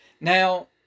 Now